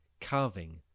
carving